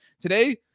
today